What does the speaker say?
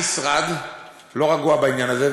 המשרד לא רגוע בעניין הזה,